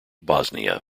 bosnia